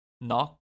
Knock